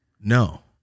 No